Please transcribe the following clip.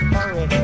Hurry